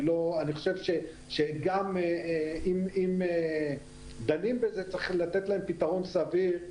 אני חושב שגם אם דנים בזה צריך לתת להן פתרון סביר.